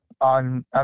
on